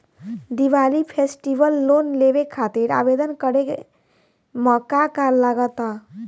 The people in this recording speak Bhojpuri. दिवाली फेस्टिवल लोन लेवे खातिर आवेदन करे म का का लगा तऽ?